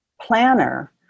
planner